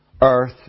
earth